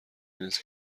نیست